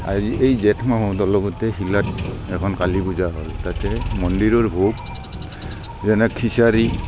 আজি এই জেঠ মাহত অলপতে শিলাত এখন কালি পূজা হয় তাতে মন্দিৰৰ ভোগ যেনে খিচাৰি